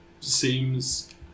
seems